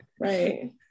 right